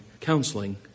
counseling